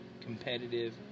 competitive